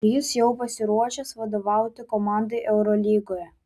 ar jis jau pasiruošęs vadovauti komandai eurolygoje